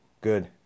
Good